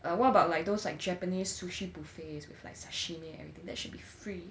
err what about like those like japanese sushi buffet with like sashimi and everything that should be free